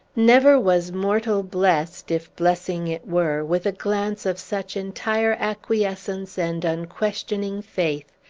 never was mortal blessed if blessing it were with a glance of such entire acquiescence and unquestioning faith,